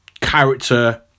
character